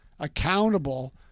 accountable